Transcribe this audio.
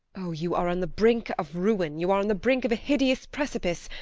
oh! you are on the brink of ruin, you are on the brink of a hideous precipice.